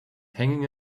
hanging